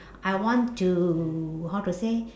I want to how to say